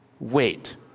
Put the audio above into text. Wait